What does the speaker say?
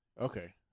Okay